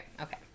Okay